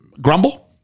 grumble